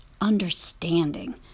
understanding